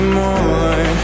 more